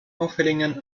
auffälligen